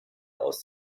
aus